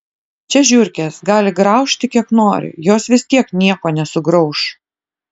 čia žiurkės gali graužti kiek nori jos vis tiek nieko nesugrauš